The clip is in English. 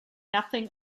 nothing